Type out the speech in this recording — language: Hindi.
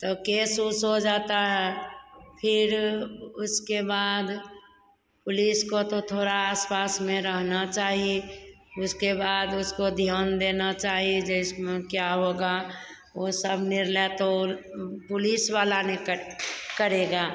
तो केस ओस हो जाता है फिर उसके बाद पुलिस को तो थोड़ा आस पास में रहना चाहिए उसके बाद उसको धियान देना चाहिए जिसमें क्या होगा वो सब निर्लय तो पुलिस वाला निकट करेगा